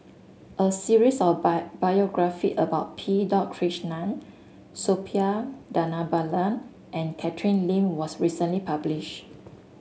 a series of by biography about P dot Krishnan Suppiah Dhanabalan and Catherine Lim was recently publish